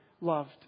loved